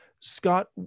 Scott